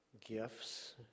gifts